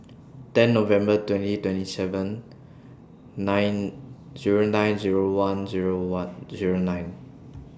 ten November twenty twenty seven nine Zero nine Zero one Zero one Zero nine